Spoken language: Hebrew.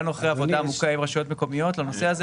באנו אחרי עבודה מורכבת עם רשויות מקומיות לנושא הזה,